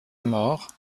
mort